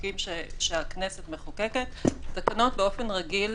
החוקים שהכנסת מחוקקת התקנות באופן רגיל